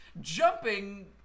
jumping